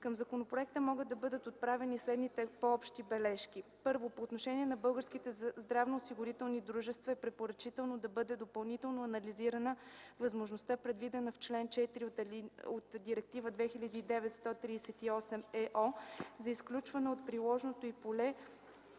Към законопроекта могат да бъдат отправени следните по-общи бележки: - първо, по отношение на българските здравноосигурителни дружества е препоръчително да бъде допълнително анализирана възможността, предвидена в чл. 4 от Директива 2009/138/ЕО, за изключване от приложното й поле